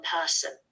person